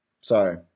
Sorry